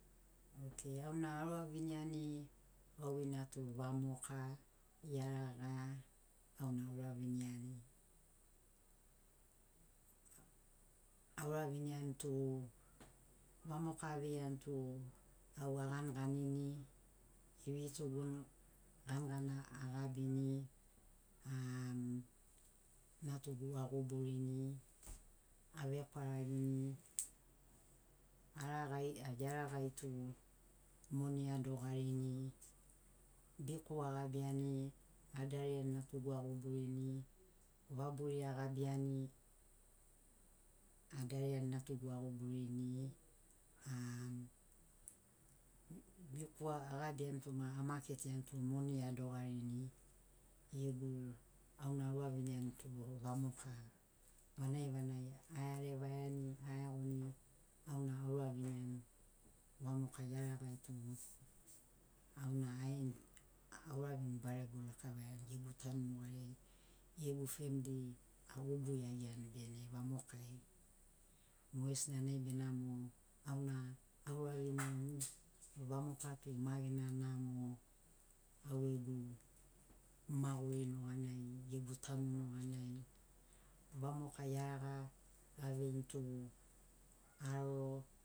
Okei auna auraviniani gauveina tu vamoka iaraga auna auraviniani auraviniani tu vamoka aveiani tu au aganiganini eveitoguni ganigani agabini am natugu aguburini avekwaragini aragai iaragai tu moni adogarini biku agabiani adariani natugu aguburini vaburi agabiani adariani natugu aguburuni am biku agabiani tu ma amaketiani tu moni adogarini gegu auna auraviniani tu vamoka vanagi vanagi aearevaiani aeagoni auna auraviniani vamoka iaraga tu auna aen auravini barego lakavaiani gegu tanu nugariai gegu famili agubu iagiaiani bene vamokai mogesina nai benamo auna auraviniani vamoka tu ma gena namo au gegu maguri nuganai gegu tanu nuganai vamoka iaraga aveini tu aroro